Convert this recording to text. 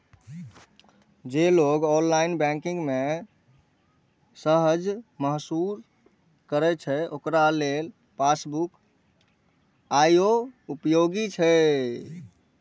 जे लोग online banking मे असहज महसूस करै छै, ओकरा लेल पासबुक आइयो उपयोगी छै